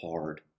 hard